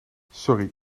sorry